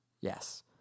Yes